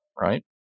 right